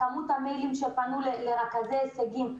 הייתה כמות מיילים גדולה לרכזי הישגים.